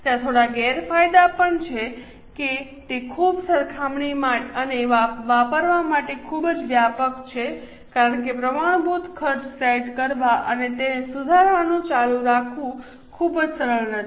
ત્યાં થોડા ગેરફાયદા પણ છે કે તે ખૂબ સરખામણી અને વાપરવા માટે ખૂબ વ્યાપક છે કારણ કે પ્રમાણભૂત ખર્ચ સેટ કરવા અને તેને સુધારવાનું ચાલુ રાખવું ખૂબ સરળ નથી